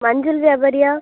மஞ்சள் வியாபாரியா